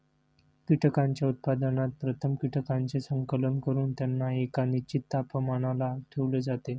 कीटकांच्या उत्पादनात प्रथम कीटकांचे संकलन करून त्यांना एका निश्चित तापमानाला ठेवले जाते